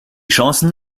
chancen